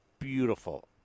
beautiful